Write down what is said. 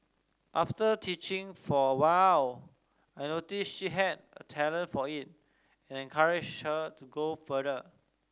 after teaching for a while I noticed she had a talent for it and encouraged her to go further